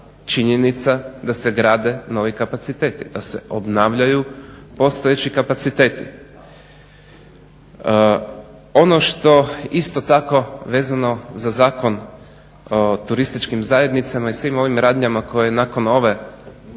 Činjenica da se grade novi kapaciteti, da se obnavljaju postojeći kapaciteti. Ono što isto tako vezano za zakon turističkim zajednicama i svim ovim radnjama koje je nakon ove